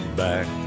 back